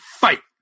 fight